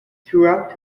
throughout